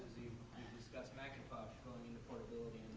discussed macintosh going into portability,